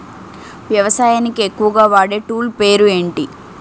వ్యవసాయానికి ఎక్కువుగా వాడే టూల్ పేరు ఏంటి?